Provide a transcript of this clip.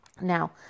Now